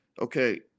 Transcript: Okay